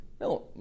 no